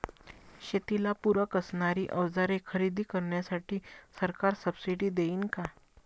शेतीला पूरक असणारी अवजारे खरेदी करण्यासाठी सरकार सब्सिडी देईन का?